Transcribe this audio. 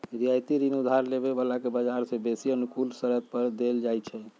रियायती ऋण उधार लेबे बला के बजार से बेशी अनुकूल शरत पर देल जाइ छइ